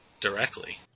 directly